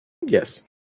Yes